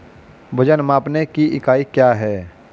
वजन मापने की इकाई क्या है?